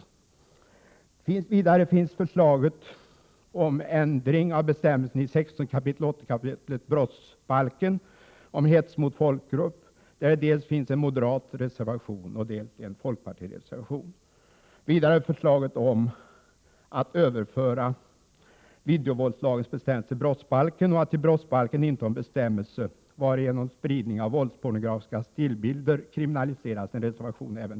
Sedan har vi förslaget om ändring av bestämmelsen i 16 kap. 8§ brottsbalken om hets mot folkgrupp, där det dels finns en moderatreservation, dels en folkpartireservation. Vidare finns reservationer även mot förslaget att införa videovåldslagens bestämmelser i brottsbalken och att i brottsbalken inta en bestämmelse varigenom spridning av våldspornografiska stillbilder kriminaliseras.